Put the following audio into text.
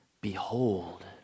Behold